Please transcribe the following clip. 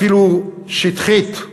אפילו שטחית,